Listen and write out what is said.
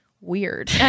weird